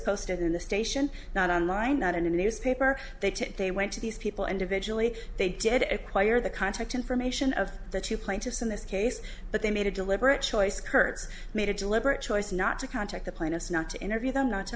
posted in the station not on line not in a newspaper they took they went to these people individually they did it acquire the contact information of the two plaintiffs in this case but they made a deliberate choice kurtz made a deliberate choice not to contact the plaintiffs not to interview them not to